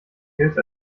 gilt